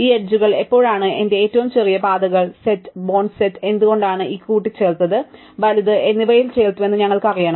ഈ എഡ്ജുകൾ എപ്പോഴാണ് എന്റെ ഏറ്റവും ചെറിയ പാതകൾ സെറ്റ് ബേൺ സെറ്റ് എന്തുകൊണ്ടാണ് ഇത് കൂട്ടിച്ചേർത്തത് വലത് എന്നിവയിൽ ചേർത്തു എന്ന് ഞങ്ങൾക്ക് അറിയണം